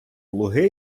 луги